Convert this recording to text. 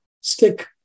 stick